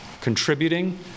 contributing